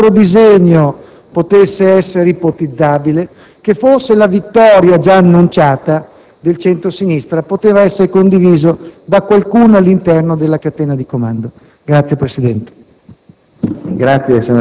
che forse qualche altro disegno potesse essere ipotizzabile, che forse la vittoria già annunciata del centro-sinistra poteva essere condivisa da qualcuno all'interno della catena di comando.